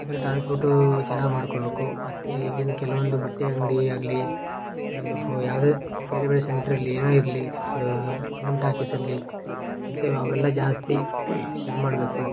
ಆ ಥರ ಟ್ರಾನ್ಸ್ಪೋರ್ಟು ಚೆನ್ನಾಗಿ ಮಾಡಿಕೊಡ್ಬೇಕು ಮತ್ತು ಇಲ್ಲಿನ ಕೆಲವೊಂದು ಬಟ್ಟೆ ಅಂಗಡಿಯಾಗ್ಲಿ ಏನದು ಫೊ ಯಾವುದೇ ಬೇರೆ ಬೇರೆ ಸೆಂಟ್ರಿರಲಿ ಏನೇ ಇರಲಿ ಫ ಫಿಲಮ್ ಟಾಕೀಸಿರಲಿ ಇಂಥವು ಅವೆಲ್ಲ ಜಾಸ್ತಿ ಇದು ಮಾಡಬೇಕು